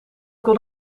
kon